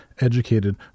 Educated